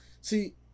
see